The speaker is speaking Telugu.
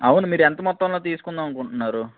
అవును మీరు ఎంత మొత్తంలో తీసుకుందాం అనుకుంటున్నారు